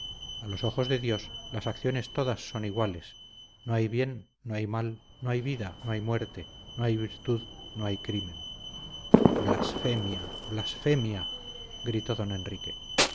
a los ojos de dios las acciones todas son iguales no hay bien no hay mal no hay vida no hay muerte no hay virtud no hay crimen blasfemia blasfemia gritó don enrique